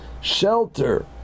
shelter